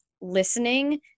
listening